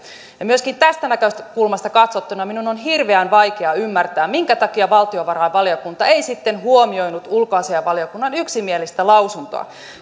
ja myöskin tästä näkökulmasta katsottuna minun on on hirveän vaikea ymmärtää mikä takia valtiovarainvaliokunta ei sitten huomioinut ulkoasiainvaliokunnan yksimielistä lausuntoa